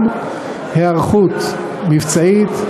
גם היערכות מבצעית,